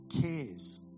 cares